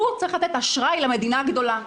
הוא צריך לתת אשראי למדינה הגדולה.